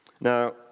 Now